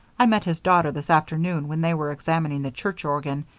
i met his daughter this afternoon when they were examining the church organ,